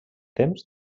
temps